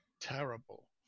terrible